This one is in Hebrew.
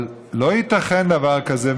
אבל לא ייתכן דבר כזה.